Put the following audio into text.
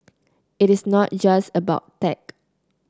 it is not just about tech